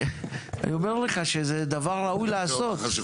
אני אומר לך שזה דבר ראוי לעשות.